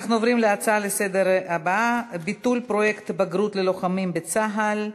נעבור להצעות לסדר-היום בנושא: ביטול פרויקט בגרות ללוחמים בצה"ל,